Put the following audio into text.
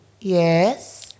Yes